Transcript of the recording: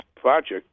project